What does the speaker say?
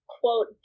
quote